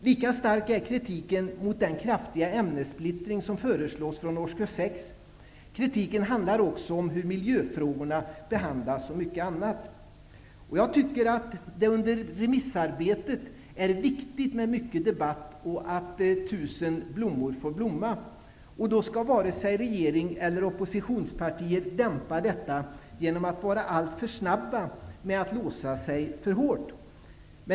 Lika stark är kritiken mot den kraftiga ämnessplittring som förslås från årskurs 6. Kritiken handlar också om det sätt på vilket miljöfrågorna behandlas, och mycket annat. Jag tycker att det under remissarbetet är viktigt med mycken debatt och att tusen blommor får blomma. Då skall varken regering eller opositionspartier dämpa det genom att vara alltför snabba med att låsa sig för hårt.